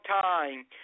time